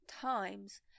times